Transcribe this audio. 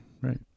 Right